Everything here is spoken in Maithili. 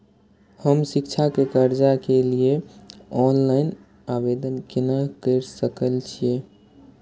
हम शिक्षा के कर्जा के लिय ऑनलाइन आवेदन केना कर सकल छियै?